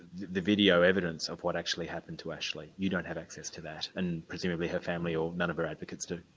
the video evidence of what actually happened to ashley? you don't have access to that, and presumably her family or none of her advocates do?